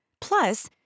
Plus